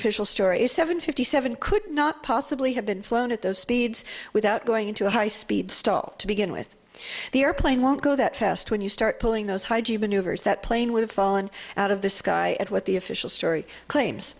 official story is seven fifty seven could not possibly have been flown at those speeds without going into a high speed stall to begin with the airplane won't go that fast when you start pulling those high due maneuvers that plane would have fallen out of the sky at what the official story claims